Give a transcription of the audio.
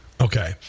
Okay